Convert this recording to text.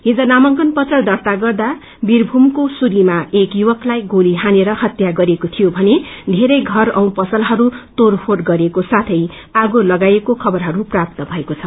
हिज नामांकन पत्र दर्ता गर्दा वीरभूमको सूरीमा एक सुवक्लाई गोली हानेर हत्या गरिएको थियो भने बेरै षर औ पसलहरू तोड़फोड़ गरिएको साथै आगो लगाइएको खबरहरू प्राप्त भएको छ